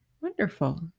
Wonderful